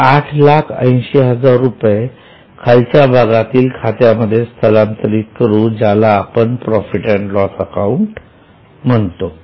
हे आठ लाख 80 हजार रुपये खालच्या भागातील खात्यामध्ये स्थलांतरित करू ज्याला आपण प्रॉफिट अँड लॉस अकाउंट म्हणतो